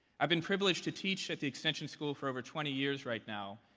i've been privileged to teach at the extension school for over twenty years right now.